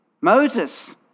Moses